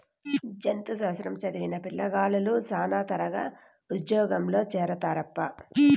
జంతు శాస్త్రం చదివిన పిల్లగాలులు శానా త్వరగా ఉజ్జోగంలో చేరతారప్పా